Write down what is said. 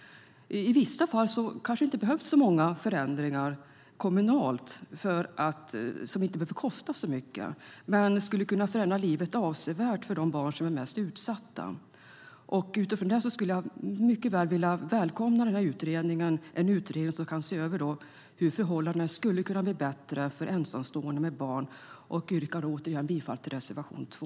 I vissa fall kanske det inte behövs så många förändringar kommunalt, och som kanske inte behöver kosta så mycket men som skulle kunna förändra livet avsevärt för de barn som är mest utsatta. Utifrån detta skulle jag välkomna en utredning som kan se över hur förhållandena skulle kunna bli bättre för ensamstående med barn och yrkar återigen bifall till reservation 2.